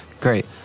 great